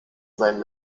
seinem